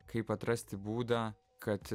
kaip atrasti būdą kad